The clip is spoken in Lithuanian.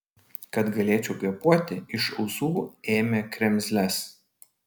kad galėčiau kvėpuoti iš ausų ėmė kremzles